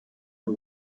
who